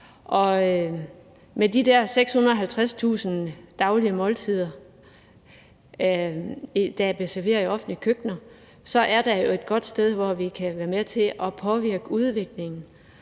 de der 650.000 daglige måltider, der bliver serveret i offentlige køkkener, er det jo et godt sted, hvor vi kan være med til at påvirke udviklingen.